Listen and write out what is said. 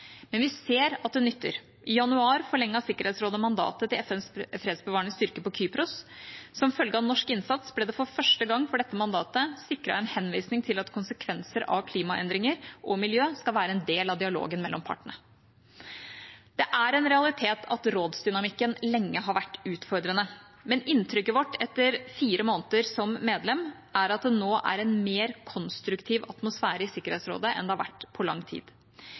Men vi ser at det nytter. I januar forlenget Sikkerhetsrådet mandatet til FNs fredsbevarende styrke på Kypros. Som følge av norsk innsats ble det for første gang for dette mandatet sikret en henvisning til at konsekvenser av klimaendringer og miljø skal være en del av dialogen mellom partene. Det er en realitet at rådsdynamikken lenge har vært utfordrende. Men inntrykket vårt etter fire måneder som medlem er at det nå er en mer konstruktiv atmosfære i Sikkerhetsrådet enn det har vært på lang tid.